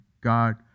God